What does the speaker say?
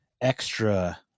extra